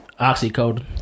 Oxycodone